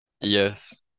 Yes